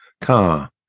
car